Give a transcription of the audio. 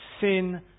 sin